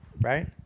right